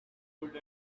old